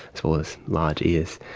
as well as large ears,